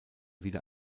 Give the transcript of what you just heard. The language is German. wieder